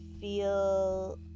feel